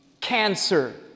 Cancer